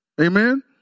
Amen